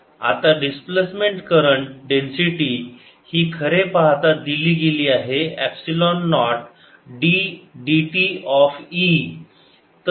आता displacement current density ही खरे पाहता दिली गेली आहे epsilon naught d dt of E